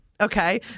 okay